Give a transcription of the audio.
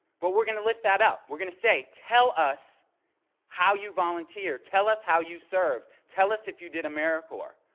but we're going to lift that up. we're going to say tell us how you volunteer. tell us how you serve. tell us if you did americorps.